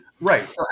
Right